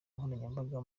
nkoranyambaga